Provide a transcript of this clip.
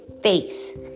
face